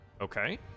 Okay